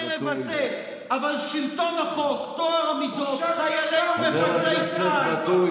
לרבות שינויי חוק-יסוד עוד בטרם נחתמו